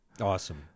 Awesome